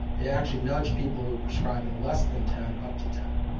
it actually nudged people who were prescribing less than ten up to ten.